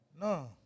No